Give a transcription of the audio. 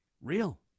real